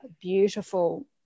beautiful